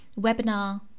webinar